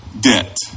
debt